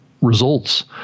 results